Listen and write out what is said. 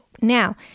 Now